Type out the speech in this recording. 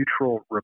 neutral